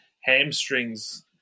hamstrings